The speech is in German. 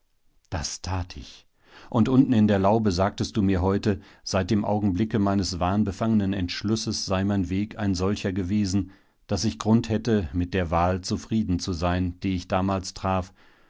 das tat ich und unten in der laube sagtest du mir heute seit dem augenblicke meines wahnbefangenen entschlusses sei mein weg ein solcher gewesen daß ich grund hätte mit der wahl zufrieden zu sein die ich damals traf